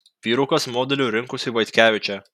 vyrukas modeliu rinkosi vaitkevičę